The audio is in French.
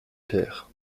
père